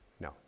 No